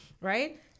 right